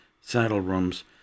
saddle-rooms